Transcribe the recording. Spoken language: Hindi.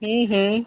हम्म हम्म